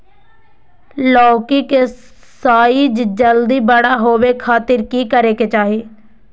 लौकी के साइज जल्दी बड़ा होबे खातिर की करे के चाही?